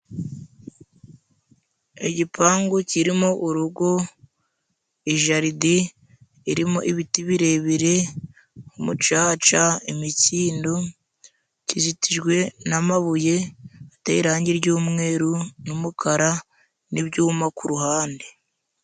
Igipangu kirimo urugo, ijaride irimo ibiti birebire, umucaca, imikindo kizitijwe n' amabuye ateye irangi ry' umweru n' umukara, n' ibyuma ku ruhande.